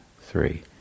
three